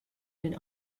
den